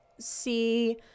see